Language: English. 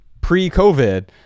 pre-COVID